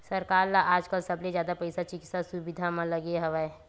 सरकार ल आजकाल सबले जादा पइसा चिकित्सा सुबिधा म लगे हवय